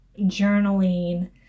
journaling